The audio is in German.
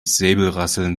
säbelrasseln